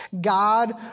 God